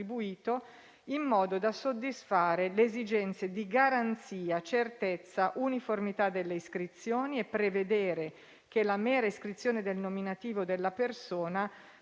in modo da soddisfare le esigenze di garanzia, certezza, uniformità delle iscrizioni» e «prevedere che la mera iscrizione del nominativo della persona